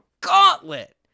gauntlet